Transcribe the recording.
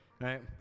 Right